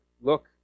look